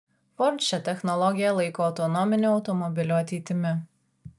ford šią technologiją laiko autonominių automobilių ateitimi